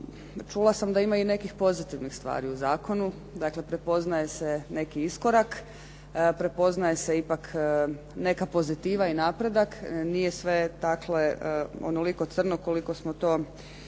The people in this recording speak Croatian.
čula sam da ima i nekih pozitivnih stvari u zakonu, dakle prepoznaje se neki iskorak, prepoznaje se ipak neka pozitiva i napredak. Nije sve dakle onoliko crno koliko smo to imali